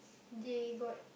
they got